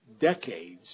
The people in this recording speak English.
decades